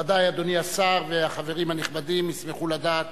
בוודאי אדוני השר והחברים הנכבדים ישמחו לדעת